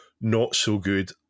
not-so-good